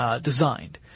Designed